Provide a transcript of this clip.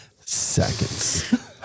seconds